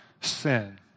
sin